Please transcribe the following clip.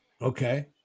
Okay